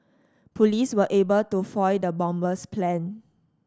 police were able to foil the bomber's plan